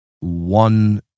One